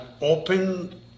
open